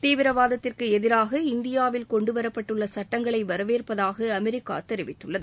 தீவிரவாதத்திற்கு எதிராக இந்தியாவில் கொண்டுவரப்பட்டுள்ள சட்டங்களை வரவேற்பதாக அமெரிக்கா தெரிவித்துள்ளது